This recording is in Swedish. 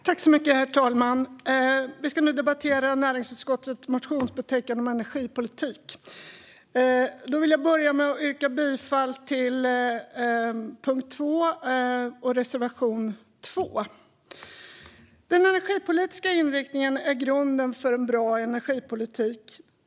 Herr talman! Vi ska nu debattera näringsutskottets motionsbetänkande om energipolitik. Jag vill börja med att yrka bifall till reservationen under punkt 2. Den energipolitiska inriktningen är grunden för en bra energipolitik.